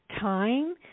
time